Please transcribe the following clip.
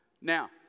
Now